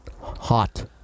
hot